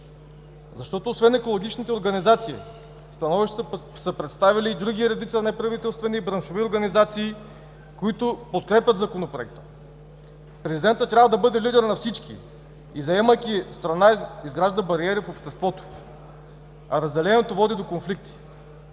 Освен екологичните организации, становища са представили и редица други неправителствени и браншови организации, които подкрепят Законопроекта. Президентът трябва да бъде лидер на всички – вземайки страна, изгражда бариери в обществото, а разделението води до конфликти.